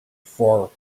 for